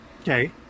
Okay